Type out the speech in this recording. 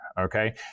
okay